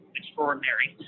extraordinary